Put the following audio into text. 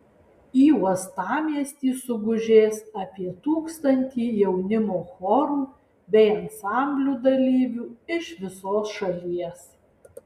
į uostamiestį sugužės apie tūkstantį jaunimo chorų bei ansamblių dalyvių iš visos šalies